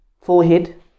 forehead